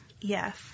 Yes